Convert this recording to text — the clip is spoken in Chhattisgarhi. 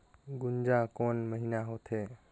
गुनजा कोन महीना होथे?